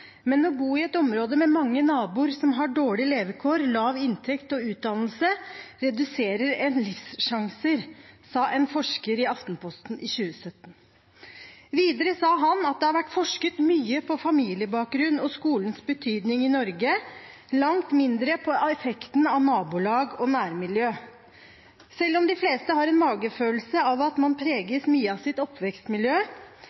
Men å bo i et område med mange naboer som har dårlige levekår, lav inntekt og utdannelse reduserer ens livssjanser.» Videre sa han: «Det har vært forsket mye på familiebakgrunn og skolens betydning i Norge – langt mindre på effekten av nabolag og nærmiljø. Selv om de fleste har en «magefølelse» av at man